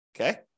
Okay